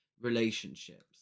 relationships